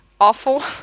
awful